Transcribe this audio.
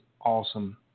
awesome